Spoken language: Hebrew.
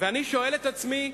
ואני שואל את עצמי,